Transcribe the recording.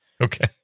Okay